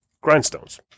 grindstones